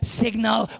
signal